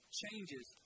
changes